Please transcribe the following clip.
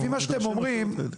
לפי מה שאתם אומרים,